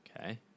Okay